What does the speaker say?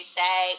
say